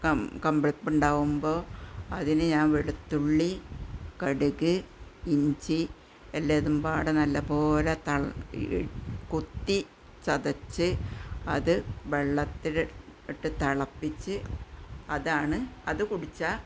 കംബ്ലിപ്പ് ഉണ്ടാവുമ്പോൾ അതിന് ഞാന് വെളുത്തുള്ളി കടുക് ഇഞ്ചി എല്ലതെമ്പാടെ നല്ലപോലെ തൾ കുത്തി ചതച്ച് അത് വെള്ളത്തിൽ ഇട്ട് തിളപ്പിച്ച് അതാണ് അത് കുടിച്ചാൽ